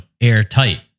airtight